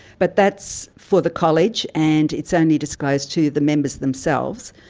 but that's for the college and it's only disclosed to the members themselves.